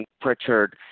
Pritchard